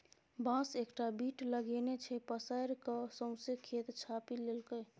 बांस एकटा बीट लगेने छै पसैर कए सौंसे खेत छापि लेलकै